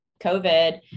COVID